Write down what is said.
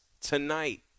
tonight